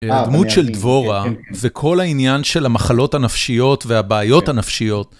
הדמות של דבורה, זה כל העניין של המחלות הנפשיות והבעיות הנפשיות.